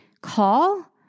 call